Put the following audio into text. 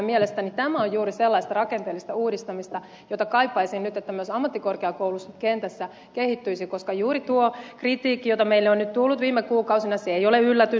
mielestäni tämä on juuri sellaista rakenteellista uudistamista jota kaipaisin nyt myös ammattikorkeakoulukentässä kehittyvän koska juuri tuo kritiikki jota meille on nyt tullut viime kuukausina ei ole yllätys